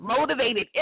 motivated